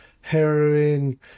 heroin